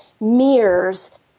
mirrors